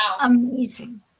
amazing